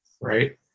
right